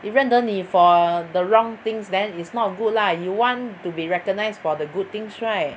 if 认得你 for the wrong things then is not good lah you want to be recognised for the good things right